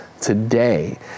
today